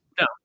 No